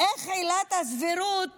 איך עילת הסבירות